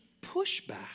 pushback